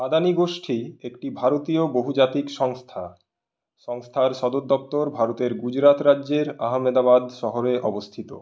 আদানি গোষ্ঠী একটি ভারতীয় বহুজাতিক সংস্থা সংস্থার সদর দপ্তর ভারতের গুজরাত রাজ্যের আহমেদাবাদ শহরে অবস্থিত